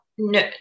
No